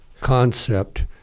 concept